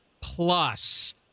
plus